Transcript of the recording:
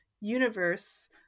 universe